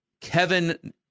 Kevin